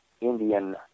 indian